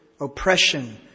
oppression